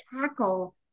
tackle